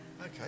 Okay